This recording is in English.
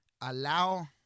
allow